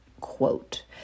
quote